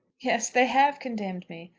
yes they have condemned me.